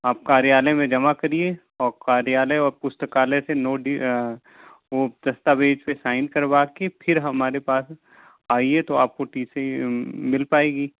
आप कार्यालय में जमा करिए और कार्यालय और पुस्तकालय से नोट दस्तावेज़ पर साइन करवा की फिर हमारे पास आइए तो आपको टी सी मिल पाएगी